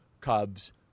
Cubs